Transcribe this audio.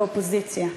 באופוזיציה.